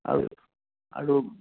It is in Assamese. আৰু আৰু